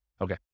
Okay